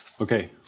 Okay